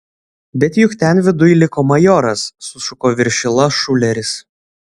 bet juk ten viduj liko majoras sušuko viršila šuleris